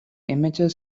immature